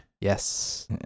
Yes